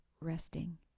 resting